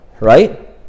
right